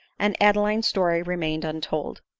and adeline's story remained untold.